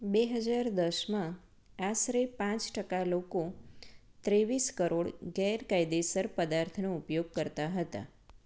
બે હજાર દસમાં આશરે પાંચ ટકા લોકો ત્રેવિસ કરોડ ગેરકાયદેસર પદાર્થનો ઉપયોગ કરતા હતા